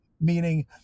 meaning